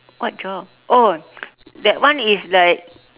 what job oh that one is like